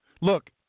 Look